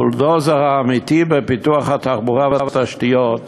הבולדוזר האמיתי בפיתוח התחבורה והתשתיות,